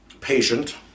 patient